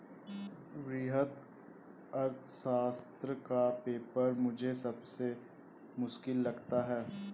वृहत अर्थशास्त्र का पेपर मुझे सबसे मुश्किल लगता है